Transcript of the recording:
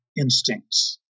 instincts